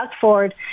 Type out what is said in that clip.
Ford